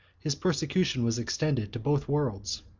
his persecution was extended to both worlds.